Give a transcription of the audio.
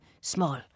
small